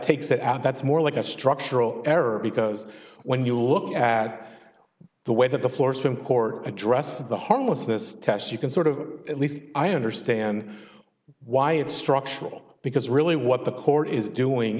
takes that out that's more like a structural error because when you look at the way that the floors from court addressed the harmlessness test you can sort of at least i understand why it's structural because really what the court is doing